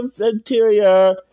Interior